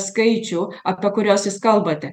skaičių apie kuriuos jūs kalbate